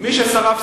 מי ששרף,